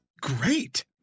great